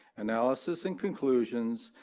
analysis and conclusions,